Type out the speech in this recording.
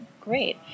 great